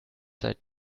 seit